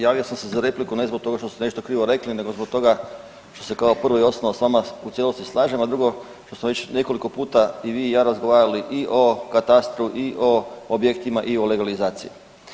Javio sam se za repliku ne zbog toga što ste nešto krivo rekli nego zbog toga što se kao prvo i osnovno s vama u cijelosti slažem, a drugo što ste već nekoliko puta i vi i ja razgovarali i o katastru i o objektima i o legalizaciji.